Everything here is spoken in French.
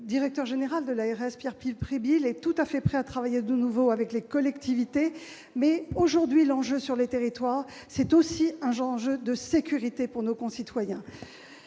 directeur général de l'ARS Bourgogne-Franche-Comté, Pierre Pribile, est tout à fait prêt à travailler de nouveau avec les collectivités. Aujourd'hui, l'enjeu sur les territoires est aussi un enjeu de sécurité pour nos concitoyens.